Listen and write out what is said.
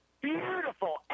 Beautiful